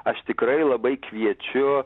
aš tikrai labai kviečiu